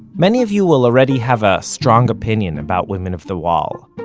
many of you will already have a strong opinion about women of the wall.